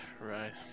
Right